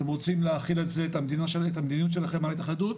אתם רוצים להחיל את המדיניות שלכם על ההתאחדות,